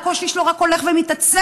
הקושי שלו רק הולך ומתעצם,